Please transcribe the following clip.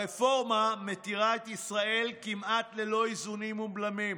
הרפורמה מותירה את ישראל כמעט ללא איזונים ובלמים,